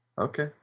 Okay